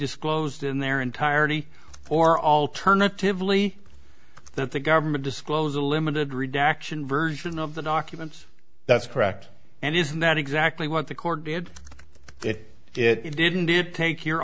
disclosed in their entirety or alternatively that the government disclose a limited redaction version of the documents that's correct and isn't that exactly what the court did it didn't it take your